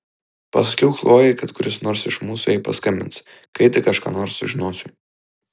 pasakiau chlojei kad kuris nors iš mūsų jai paskambins kai tik aš ką nors sužinosiu